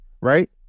Right